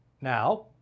Now